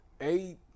Eight